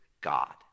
God